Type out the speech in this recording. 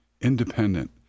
independent